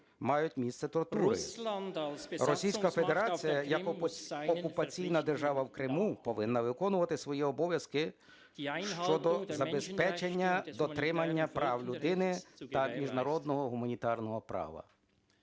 мають місце тортури. Російська Федерація як окупаційна держава в Криму повинна виконувати свої обов'язки щодо забезпечення дотримання прав людини та міжнародного гуманітарного права.